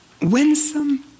winsome